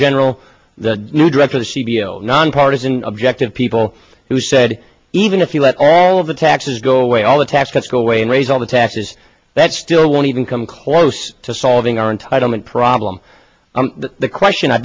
general the new director the c b l nonpartisan objective paul who said even if you let all of the taxes go away all the tax cuts go away and raise all the taxes that still won't even come close to solving our entitlement problem the question i